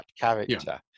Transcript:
character